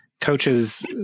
coaches